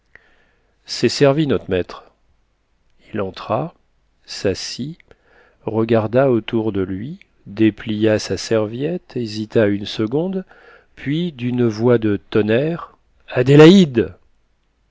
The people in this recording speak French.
c'est servi not maître il entra s'assit regarda autour de lui déplia sa serviette hésita une seconde puis d'une voix de tonnerre adélaïde